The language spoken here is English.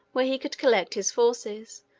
where he could collect his forces,